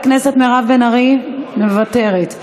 חברת הכנסת מירב בן ארי, מוותרת.